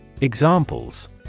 Examples